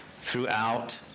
throughout